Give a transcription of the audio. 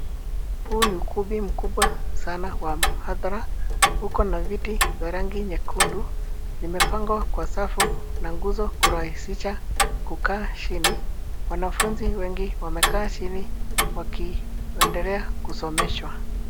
Huu ni ukumbi mkubwa sana wa mhadhara ,ukona viti vya rangi nyekundu Vimepangwa kwa safu na nguzo kurahisisha kukaa chini. Wanafunzi wengi wamekaa chini wakiendelea kusomeshwa.